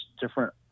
different